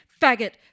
faggot